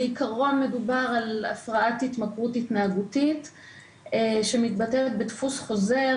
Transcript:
בעיקרון מדובר על הפרעת התמכרות התנהגותית שמתבטאת בדפוס חוזר,